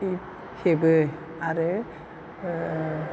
हेबो आरो ओ